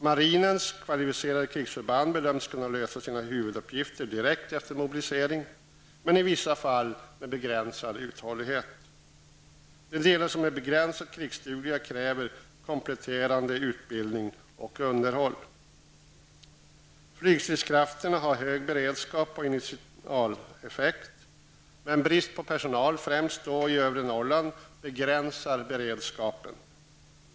Marinens kvalificerade krigsförband bedöms kunna lösa sina huvuduppgifter direkt efter mobilisering, men i vissa fall med begränsad uthållighet. De delar som är begränsat krigsdugliga kräver kompletterande utbildning och underhåll. Flygstridskrafterna har hög beredskap och initialeffekt. Brist på personal, främst i övre Norrland, begränsar dock beredskapen.